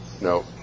No